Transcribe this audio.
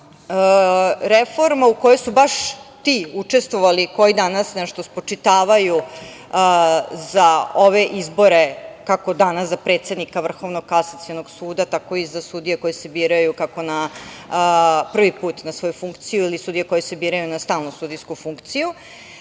Reforma u kojoj su baš ti učestvovali koji danas nešto spočitavaju za ove izbore kako danas za predsednika Vrhovnog kasacionog suda, tako i za sudije koje se biraju prvi put na svoju funkciju ili sudije koje se biraju na stalnu sudijsku funkciju,